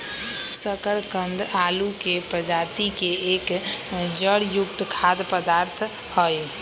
शकरकंद आलू के प्रजाति के एक जड़ युक्त खाद्य पदार्थ हई